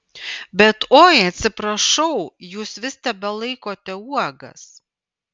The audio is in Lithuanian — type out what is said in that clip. bet oi atsiprašau jūs vis tebelaikote uogas